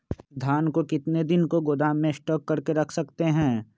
धान को कितने दिन को गोदाम में स्टॉक करके रख सकते हैँ?